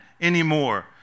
anymore